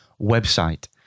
Website